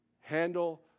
handle